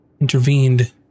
intervened